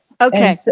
Okay